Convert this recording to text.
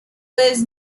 was